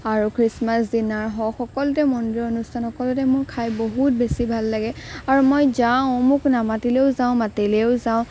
আৰু Christmas dinner হওক সকলোতে মন্দিৰৰ অনুষ্ঠান সকলোতে মোৰ খাই বহুত বেছি ভাল লাগে আৰু মই যাওঁ মোক নামাতিলেও যাওঁ মাতিলেও যাওঁ